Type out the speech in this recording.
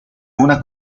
una